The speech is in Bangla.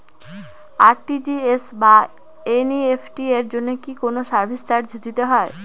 আর.টি.জি.এস বা এন.ই.এফ.টি এর জন্য কি কোনো সার্ভিস চার্জ দিতে হয়?